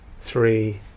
three